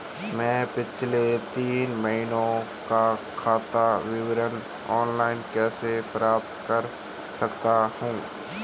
मैं पिछले तीन महीनों का खाता विवरण ऑनलाइन कैसे प्राप्त कर सकता हूं?